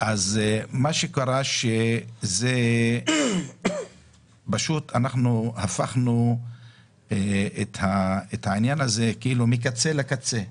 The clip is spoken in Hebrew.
אז מה שקרה זה שפשוט אנחנו הפכנו את העניין הזה כאילו מקצה לקצה,